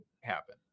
happen